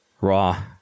Raw